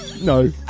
No